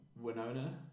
Winona